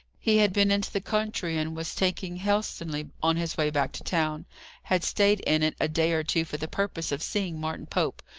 he had been into the country, and was taking helstonleigh on his way back to town had stayed in it a day or two for the purpose of seeing martin pope,